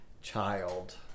child